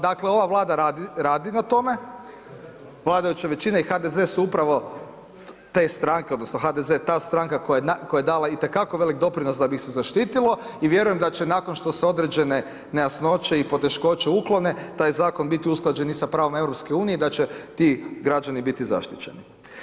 Dakle, ova Vlada radi na tome, vladajuća većina su upravo te stranke odnosno HDZ ta stranka koja je dala i te kako velik doprinos da bi ih se zaštitilo i vjerujem da će nakon što se određene nejasnoće i poteškoće uklone taj zakon biti usklađen i sa pravom EU i da će ti građani biti zaštićeni.